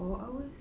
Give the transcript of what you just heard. four hours